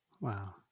wow